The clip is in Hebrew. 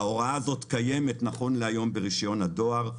ההוראה הזאת קיימת נכון להיום ברישיון הדואר.